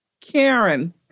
Karen